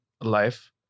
life